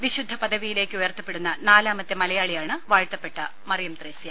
വിശുദ്ധ പദവിയിലേക്ക് ഉയർത്തപ്പെടുന്ന നാലാമത്തെ മലയാളിയാണ് വാഴ്ത്തപ്പെട്ട മറിയം ത്രേസ്യ